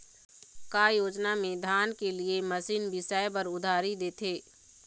का योजना मे धान के लिए मशीन बिसाए बर उधारी देथे?